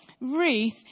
Ruth